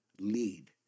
lead